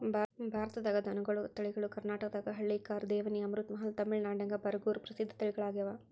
ಭಾರತದಾಗ ದನಗೋಳ ತಳಿಗಳು ಕರ್ನಾಟಕದಾಗ ಹಳ್ಳಿಕಾರ್, ದೇವನಿ, ಅಮೃತಮಹಲ್, ತಮಿಳನಾಡಿನ್ಯಾಗ ಬರಗೂರು ಪ್ರಸಿದ್ಧ ತಳಿಗಳಗ್ಯಾವ